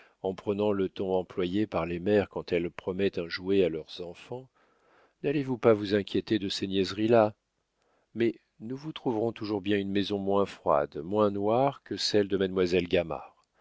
en prenant le ton employé par les mères quand elles promettent un jouet à leurs enfants n'allez-vous pas vous inquiéter de ces niaiseries là mais nous vous trouverons toujours bien une maison moins froide moins noire que celle de mademoiselle